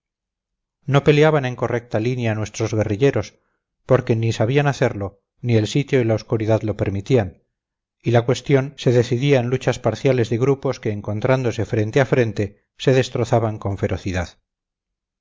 no peleaban en correcta línea nuestros guerrilleros porque ni sabían hacerlo ni el sitio y la oscuridad lo permitían y la cuestión se decidía en luchas parciales de grupos que encontrándose frente a frente se destrozaban con ferocidad